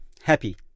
Happy